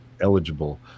eligible